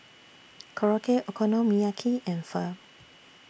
Korokke Okonomiyaki and Pho